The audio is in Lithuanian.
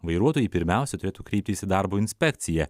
vairuotojai pirmiausia turėtų kreiptis į darbo inspekciją